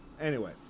Anyway-